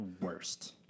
worst